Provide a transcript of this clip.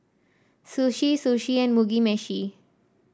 Sushi Sushi and Mugi Meshi